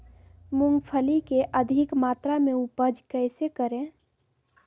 मूंगफली के अधिक मात्रा मे उपज कैसे करें?